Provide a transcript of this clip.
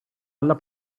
alla